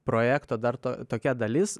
projekto dar to tokia dalis